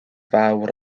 fawr